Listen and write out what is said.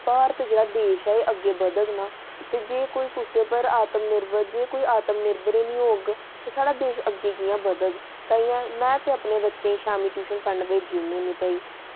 भारत जेह्ड़ा देश ऐ एह् अग्गें बधग ना ते जे कोई कुसै पर आत्मनिर्भर जे कोई आत्मनिर्भर ई निं होग ते साढ़ा देश अग्गें कि'यां बधग ताहियें में ते अपने बच्चें ई शामीं ट्यूशन पढ़न भेजी ओड़नी होनी भई